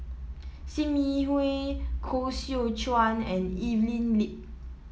Sim Yi Hui Koh Seow Chuan and Evelyn Lip